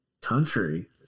Country